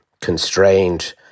constrained